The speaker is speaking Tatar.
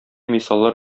мисаллар